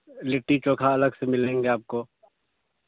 لٹی چوکھا الگ سے ملیں گے آپ کو